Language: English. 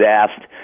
asked